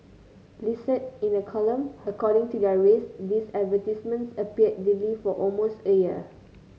listed in a column according to their race these advertisements appeared daily for almost a year